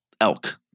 elk